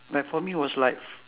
like for me was like